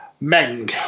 Meng